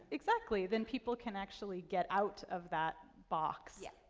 exactly. then people can actually get out of that box. yes.